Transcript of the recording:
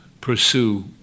pursue